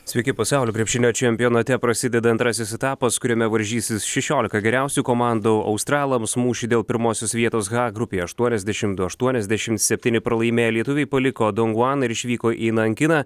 sveiki pasaulio krepšinio čempionate prasideda antrasis etapas kuriame varžysis šešiolika geriausių komandų australams mūšy dėl pirmosios vietos h grupėje aštuoniasdešimt du aštuoniasdešimt septyni pralaimėję lietuviai paliko donguaną ir išvyko į nankiną